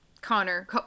Connor